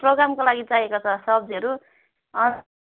प्रोग्रामको लागी चाहिएको छ सब्जीहरू